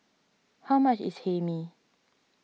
how much is Hae Mee